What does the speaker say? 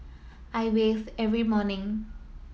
I bathe every morning